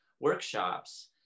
workshops